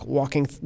walking